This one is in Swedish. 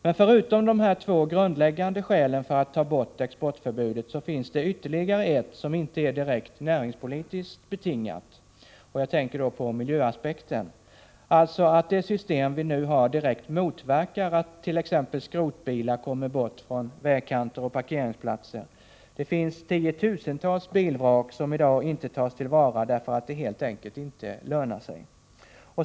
Men förutom de här två grundläggande skälen för att ta bort exportförbudet finns det ytterligare ett som inte är direkt näringspolitiskt betingat. Jag tänker då på miljöaspekten, alltså att det system vi nu har direkt motverkar att t.ex. skrotbilar kommer bort från vägkanter och parkeringsplatser. Det finns tiotusentals bilvrak som i dag inte tas till vara därför att det helt enkelt inte lönar sig.